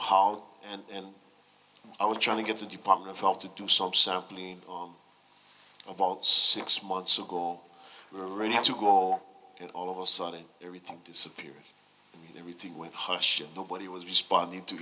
how and i was trying to get the department of health to do subsampling about six months ago we were ready to go and all of a sudden everything disappeared everything went hush nobody was responding to